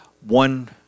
one